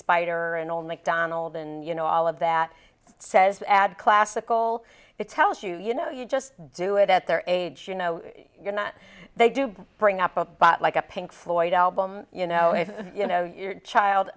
spider and only donald and you know all of that says add classical that tells you you know you just do it at their age you know you're not they do bring up a bot like a pink floyd album you know if you know your child